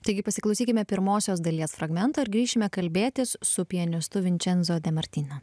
taigi pasiklausykime pirmosios dalies fragmento ir grįšime kalbėtis su pianistu vinčenzo de martina